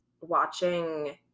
watching